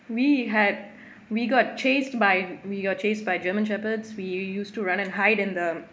we had we got chased by we got chase by german shepherds we used to run and hide in the